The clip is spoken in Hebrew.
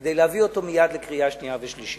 כדי להביא אותו מייד לקריאה שנייה ושלישית.